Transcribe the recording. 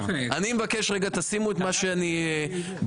אני מבקש שתסתכלו על מה שבניתי.